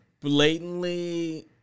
blatantly